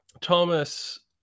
Thomas